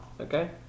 Okay